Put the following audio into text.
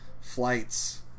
flights